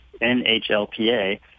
NHLPA